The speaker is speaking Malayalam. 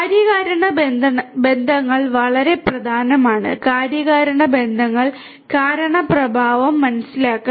കാര്യകാരണ ബന്ധങ്ങൾ വളരെ പ്രധാനമാണ് കാര്യകാരണ ബന്ധങ്ങൾ കാരണ പ്രഭാവം മനസ്സിലാക്കൽ